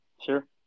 sure